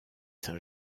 saint